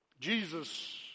Jesus